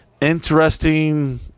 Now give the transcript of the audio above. interesting